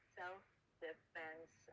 self-defense